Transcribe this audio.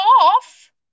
off